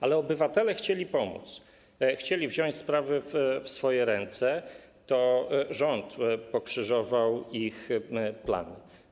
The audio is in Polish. Ale jak obywatele chcieli pomóc, chcieli wziąć sprawy w swoje ręce, to rząd pokrzyżował ich plany.